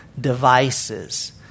devices